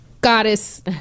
goddess